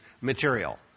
material